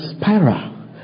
spira